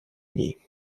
ней